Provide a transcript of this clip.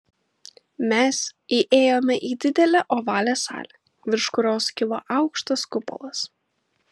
mes įėjome į didelę ovalią salę virš kurios kilo aukštas kupolas